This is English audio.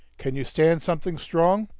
can you stand something strong?